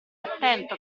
attento